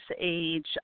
Age